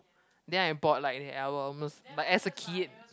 then I bought like the albums but as a kid